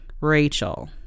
Rachel